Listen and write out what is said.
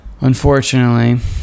Unfortunately